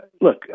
look